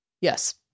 yes